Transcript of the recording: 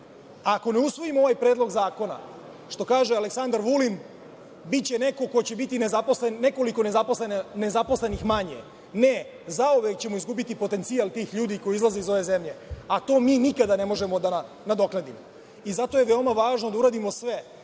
ako ne usvojimo ovaj predlog zakona. Što kaže Aleksandar Vulin, biće neko ko će biti nezaposlen, nekoliko nezaposlenih manje, ne, zauvek ćemo izgubiti potencijal tih ljudi koji izlaze iz ove zemlje, a to mi nikada ne možemo da nadoknadimo. Zato je veoma važno da uradimo sve